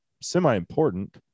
semi-important